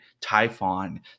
Typhon